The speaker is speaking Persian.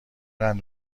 قند